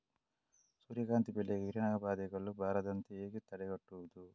ಸೂರ್ಯಕಾಂತಿ ಬೆಳೆಗೆ ಕೀಟಬಾಧೆಗಳು ಬಾರದಂತೆ ಹೇಗೆ ತಡೆಗಟ್ಟುವುದು?